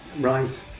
right